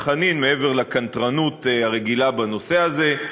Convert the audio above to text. חנין מעבר לקנטרנות הרגילה בנושא הזה.